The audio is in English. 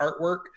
artwork